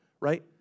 Right